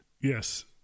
Yes